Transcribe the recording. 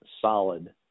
solid